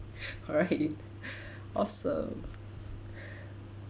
alright awesome